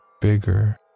bigger